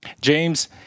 James